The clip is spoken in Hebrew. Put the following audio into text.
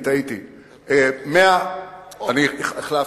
טעיתי, החלפתי.